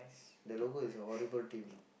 the logo is a horrible team